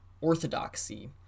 orthodoxy